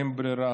אין ברירה,